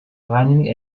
running